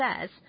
says